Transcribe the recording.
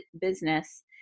business